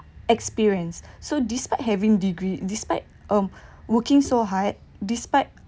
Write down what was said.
experience so despite having degree despite um working so hard despite